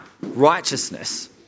righteousness